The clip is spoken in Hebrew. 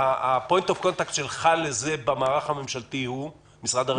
ה-point of contact שלך לזה במערך הממשלתי הוא משרד הרווחה?